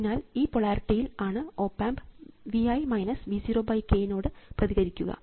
അതിനാൽ ഈ പൊളാരിറ്റിയിൽ ആണ് op amp V i V0 k നോട് പ്രതികരിക്കുക